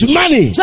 money